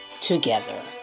together